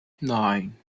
nine